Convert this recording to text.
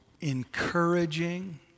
encouraging